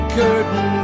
curtain